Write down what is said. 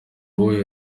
wowe